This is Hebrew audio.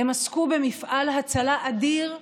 הם עסקו במפעל הצלה אדיר,